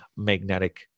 magnetic